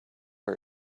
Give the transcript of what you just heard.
our